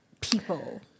people